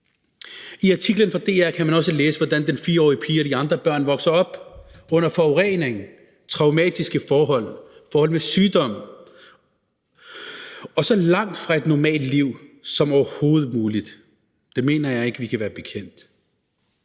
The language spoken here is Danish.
I artiklen fra DR kan man også læse, hvordan den 4-årige pige og de andre børn vokser op under forhold med forurening, traumatiske forhold, forhold med sygdom; det er så langt fra et normalt liv, som det overhovedet kan være. Det mener jeg ikke vi kan være bekendt.